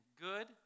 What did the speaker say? good